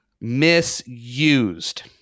misused